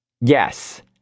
Yes